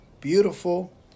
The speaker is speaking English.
beautiful